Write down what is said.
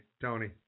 Tony